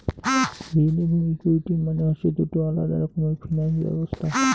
ঋণ এবং ইকুইটি মানে হসে দুটো আলাদা রকমের ফিনান্স ব্যবছস্থা